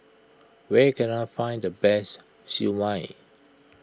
where can I find the best Siew Mai